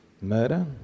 Murder